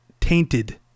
tainted